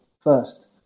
first